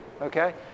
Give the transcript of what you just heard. okay